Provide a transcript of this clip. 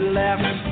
left